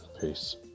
peace